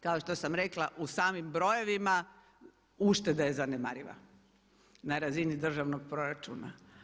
Kao što sam rekla u samim brojevima ušteda je zanemariva na razini državnog proračuna.